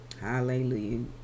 Hallelujah